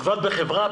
עבד בחברה,